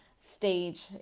stage